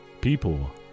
People